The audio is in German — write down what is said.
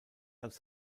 als